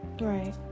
right